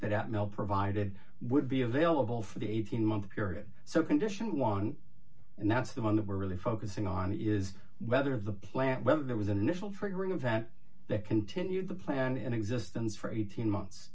that atmel provided would be available for the eighteen month period so condition one and that's the one that we're really focusing on is whether the plant whether there was an initial triggering event that continued the plan in existence for eighteen months